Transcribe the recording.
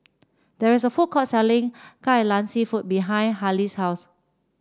there is a food court selling Kai Lan seafood behind Harlie's house